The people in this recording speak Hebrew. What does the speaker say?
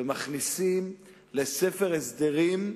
ומכניסים לספר הסדרים,